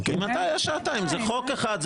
זה חוק אחד.